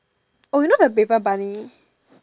oh you know the paper bunny